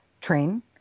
train